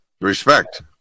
Respect